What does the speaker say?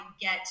get